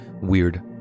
weird